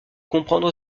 comprendre